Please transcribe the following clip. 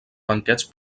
banquets